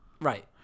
Right